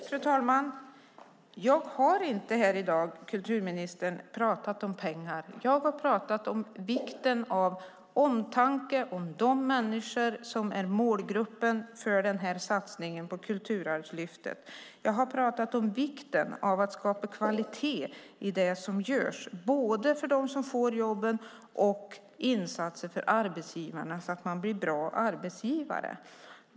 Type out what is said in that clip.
Fru talman! Jag har, kulturministern, här i dag inte talat om pengar. Jag har talat om vikten av omtanke om de människor som är målgruppen för denna satsning på Kulturarvslyftet. Jag har talat om vikten av att skapa kvalitet i det som görs, både när det gäller dem som får jobben och när det gäller insatser för arbetsgivarna så att de blir bra arbetsgivare.